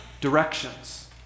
directions